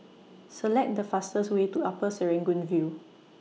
Select The fastest Way to Upper Serangoon View